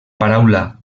paraula